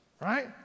right